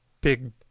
big